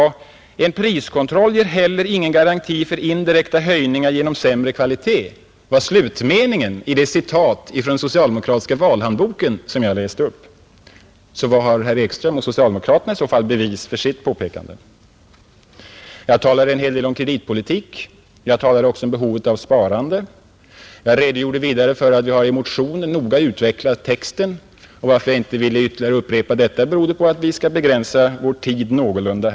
”En priskontroll ger heller ingen garanti mot indirekta höjningar genom sämre kvalitet” — det var slutmeningen i det citat från den socialdemokratiska valhandboken som jag läste upp. Var har herr Ekström och socialdemokraterna beviset för sitt påpekande? Jag talade en hel del om kreditpolitiken. Jag talade också om behovet av sparande. Jag redogjorde vidare för att vi i motionerna noga har utvecklat texten. Att jag inte ville ytterligare upprepa den berodde på att vi skall begränsa tiden i debatten någorlunda.